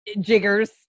jiggers